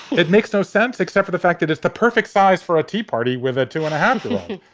it makes no sense except for the fact that it's the perfect size for a tea party with a two and a half.